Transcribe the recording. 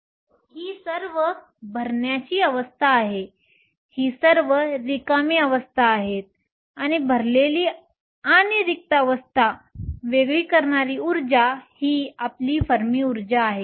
तर ही सर्व भरण्याची अवस्था आहे आणि ही सर्व रिकामी अवस्था आहेत आणि भरलेली आणि रिक्त अवस्था वेगळी करणारी ऊर्जा ही तुमची फर्मी ऊर्जा आहे